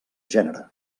gènere